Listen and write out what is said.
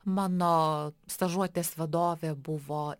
mano stažuotės vadovė buvo